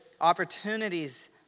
opportunities